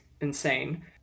insane